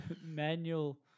manual